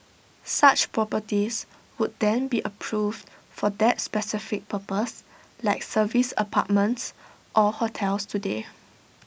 such properties would then be approved for that specific purpose like service apartments or hotels today